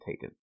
Taken